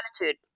attitude